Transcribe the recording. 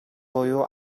буюу